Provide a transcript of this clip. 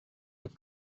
had